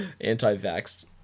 Anti-vaxxed